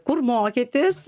kur mokytis